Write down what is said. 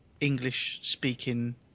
English-speaking